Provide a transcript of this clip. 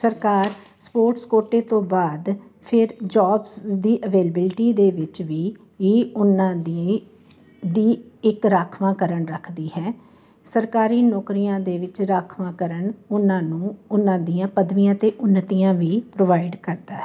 ਸਰਕਾਰ ਸਪੋਰਟਸ ਕੋਟੇ ਤੋਂ ਬਾਅਦ ਫਿਰ ਜੋਬਸ ਦੀ ਅਵੇਲੇਬਿਲਟੀ ਦੇ ਵਿੱਚ ਵੀ ਇਹ ਉਹਨਾਂ ਦੀ ਦੀ ਇੱਕ ਰਾਖਵਾਂਕਰਨ ਰੱਖਦੀ ਹੈ ਸਰਕਾਰੀ ਨੌਕਰੀਆਂ ਦੇ ਵਿੱਚ ਰਾਖਵਾਂਕਰਨ ਉਹਨਾਂ ਨੂੰ ਉਹਨਾਂ ਦੀਆਂ ਪਦਵੀਆਂ 'ਤੇ ਉੱਨਤੀਆਂ ਵੀ ਪ੍ਰੋਵਾਈਡ ਕਰਦਾ ਹੈ